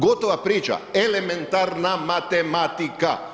Gotova priča, elementarna matematika.